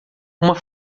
uma